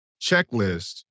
checklist